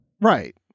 Right